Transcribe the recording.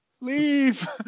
leave